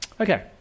Okay